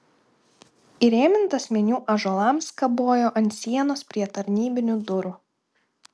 įrėmintas meniu ąžuolams kabojo ant sienos prie tarnybinių durų